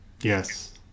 Yes